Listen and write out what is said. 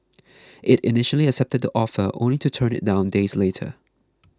it initially accepted the offer only to turn it down days later